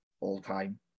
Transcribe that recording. all-time